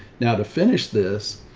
now to finish this,